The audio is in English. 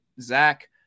Zach